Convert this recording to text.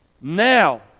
Now